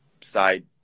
side